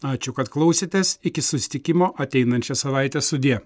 ačiū kad klausėtės iki susitikimo ateinančią savaitę sudie